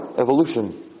Evolution